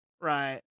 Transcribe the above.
Right